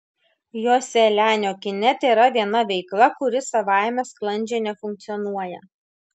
joselianio kine tėra viena veikla kuri savaime sklandžiai nefunkcionuoja